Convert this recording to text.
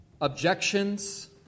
objections